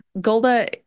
Golda